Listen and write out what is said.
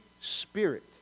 spirit